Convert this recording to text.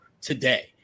today